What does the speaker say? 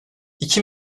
i̇ki